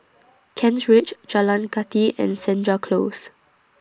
Kent Ridge Jalan Kathi and Senja Close